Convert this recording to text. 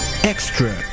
Extra